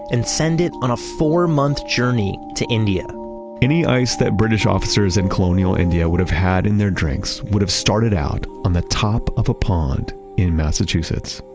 and send it on a four-month journey to india any ice that british officers in colonial india would have had in their drinks, would have started out on the top of a pond in massachusetts.